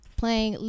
playing